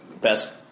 best